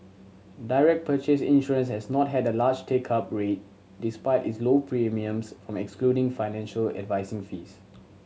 direct purchase insurance has not had a large take up rate despite its low premiums from excluding financial advising fees